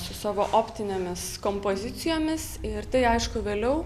su savo optinėmis kompozicijomis ir tai aišku vėliau